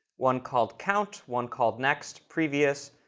one called count, one called next, previous,